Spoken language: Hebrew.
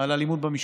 על אלימות במשפחה,